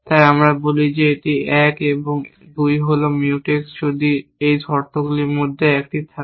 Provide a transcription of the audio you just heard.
তাই আমরা বলি একটি 1 এবং একটি 2 হল Mutex যদি এই শর্তগুলির মধ্যে একটি থাকে